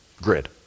grid